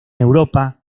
europa